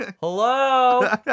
Hello